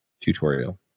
tutorial